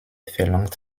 verlangt